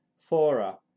fora